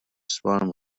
swarm